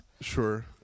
Sure